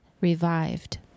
revived